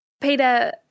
Peter